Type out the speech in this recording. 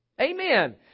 Amen